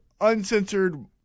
uncensored